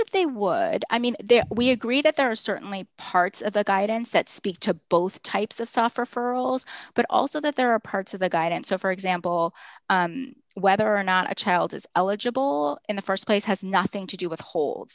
that they would i mean there we agree that there are certainly parts of the guidance that speak to both types of software for roles but also that there are parts of the guidance so for example whether or not a child is eligible in the st place has nothing to do with hold